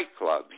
nightclubs